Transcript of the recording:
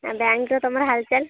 ଆଉ ବ୍ୟାଙ୍କ୍ର ତମର ହାଲଚାଲ